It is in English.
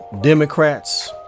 Democrats